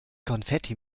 konfetti